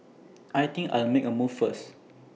I think I'll make A move first